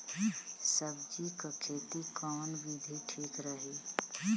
सब्जी क खेती कऊन विधि ठीक रही?